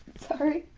sorry,